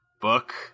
book